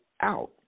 out –